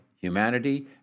humanity